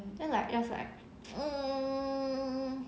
then like yours like um